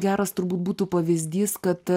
geras turbūt būtų pavyzdys kad